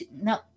no